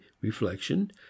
reflection